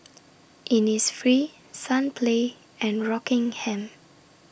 Innisfree Sunplay and Rockingham